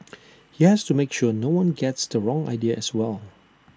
he has to make sure no one gets the wrong idea as well